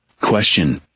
Question